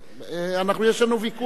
יש לנו ויכוח.